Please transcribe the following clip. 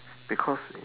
because it